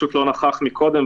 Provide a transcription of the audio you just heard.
פשוט לא נכח קודם,